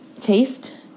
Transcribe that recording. taste